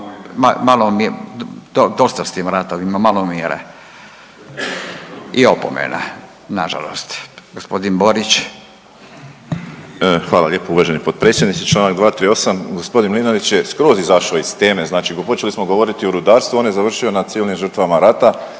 dosta s tim ratovima, malo mira i opomena nažalost. Gospodin Borić. **Borić, Josip (HDZ)** Hvala lijepo uvaženi potpredsjedniče. Čl. 238., g. Mlinarić je skroz izašo iz teme, znači počeli smo govoriti o rudarstvu on je završio na civilnim žrtvama rata,